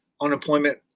unemployment